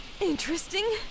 Interesting